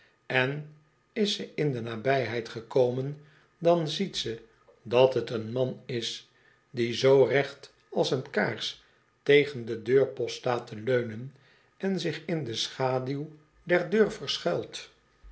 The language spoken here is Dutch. en is ze in de nabijheid gekomen dan ziet ze dat het een man is die zoo recht als een kaars tegen den deurpost staat te leunen en zich in de schaduw der deur verschuilt